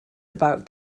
about